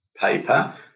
paper